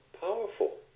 powerful